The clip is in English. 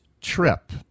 trip